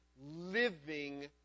living